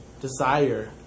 desire